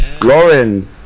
Lauren